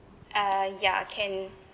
ah ya can